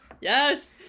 yes